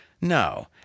No